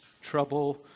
trouble